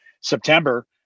September